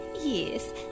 Yes